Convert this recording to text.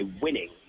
winning